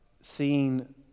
seeing